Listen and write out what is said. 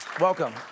Welcome